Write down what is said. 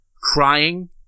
crying